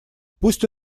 пусть